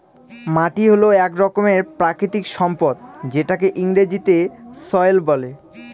মাটি হল এক রকমের প্রাকৃতিক সম্পদ যেটাকে ইংরেজিতে সয়েল বলে